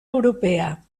europea